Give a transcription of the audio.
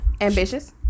Ambitious